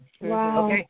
Wow